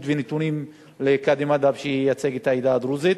ונתונים לקאדי מד'הב שייצג את העדה הדרוזית.